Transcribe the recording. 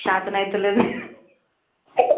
చేతనవడం లేదు